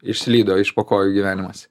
išslydo iš po kojų gyvenimas